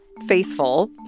faithful